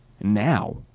now